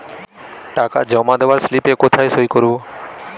টাকা জমা দেওয়ার স্লিপে কোথায় সই করব?